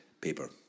paper